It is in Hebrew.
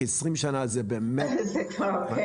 כי 20 שנה זה באמת 2001,